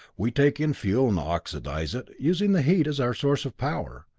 we take in fuel and oxidize it, using the heat as our source of power.